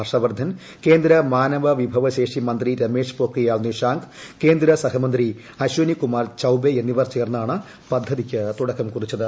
ഹർഷവർദ്ധൻ കേന്ദ്ര മാനവ വിഭവ ശേഷി മന്ത്രി രമേഷ് പ്രൊഖ്രിയാൽ നിഷാങ്ക് കേന്ദ്ര സഹമന്ത്രി അശ്വനി കുമാർ ചൌബെ എന്നിവർ ചേർന്നാണ് പദ്ധതിയ്ക്ക് തുടക്കം കുറിച്ചത്